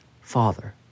father